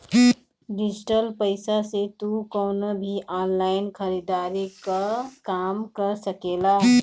digital पईसा से तू कवनो भी ऑनलाइन खरीदारी कअ काम कर सकेला